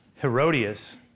Herodias